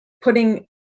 putting